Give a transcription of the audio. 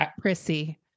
Prissy